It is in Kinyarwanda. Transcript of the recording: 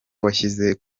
washyize